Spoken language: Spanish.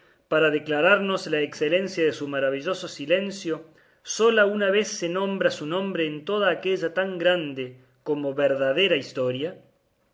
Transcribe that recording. para declararnos la excelencia de su maravilloso silencio sola una vez se nombra su nombre en toda aquella tan grande como verdadera historia